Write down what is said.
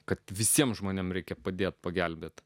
kad visiems žmonėms reikia padėti pagelbėti